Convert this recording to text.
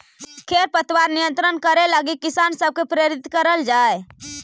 खेर पतवार नियंत्रण करे लगी किसान सब के प्रेरित करल जाए